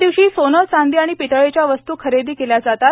या दिवशी सोनं चांदी आणि पितळेच्या वस्तू खरेदी केल्या जातात